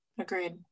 Agreed